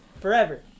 Forever